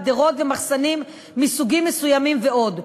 גדרות ומחסנים מסוגים מסוימים ועוד.